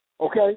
Okay